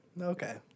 Okay